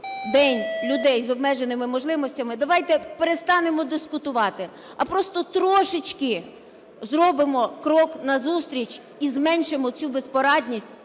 День людей з обмеженими можливостями, давайте перестанемо дискутувати, а просто трошечки зробимо крок назустріч і зменшимо цю безпорадність,